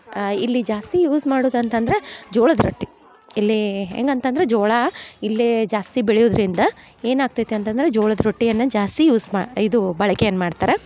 ಇಲ್ಲಿ ಜಾಸ್ತಿ ಯೂಝ್ ಮಾಡುದ ಅಂತಂದ್ರ ಜೋಳದ ರೊಟ್ಟಿ ಇಲ್ಲಿ ಹೆಂಗೆ ಅಂತಂದ್ರ ಜೋಳಾ ಇಲ್ಲೇ ಜಾಸ್ತಿ ಬೆಳೆಯುದರಿಂದ ಏನು ಆಗ್ತೈತಿ ಅಂತಂದ್ರ ಜೋಳದ ರೊಟ್ಟಿಯನ್ನ ಜಾಸ್ತಿ ಯೂಝ್ ಮಾ ಇದೂ ಬಳಕೆಯನ್ನು ಮಾಡ್ತಾರೆ